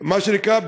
מה שנקרא,